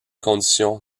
conditions